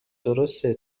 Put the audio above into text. درسته